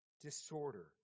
disorder